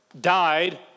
died